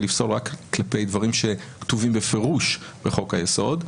לפסול רק כלפי דברים שכתובים בפירוש בחוק היסוד,